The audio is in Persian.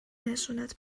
نشونت